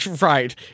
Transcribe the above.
Right